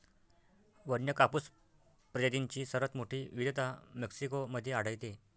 वन्य कापूस प्रजातींची सर्वात मोठी विविधता मेक्सिको मध्ये आढळते